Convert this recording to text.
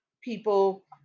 people